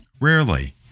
Rarely